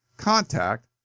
contact